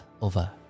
over